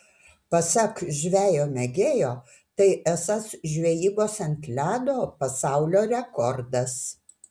pasak žvejo mėgėjo tai esąs žvejybos ant ledo pasaulio rekordas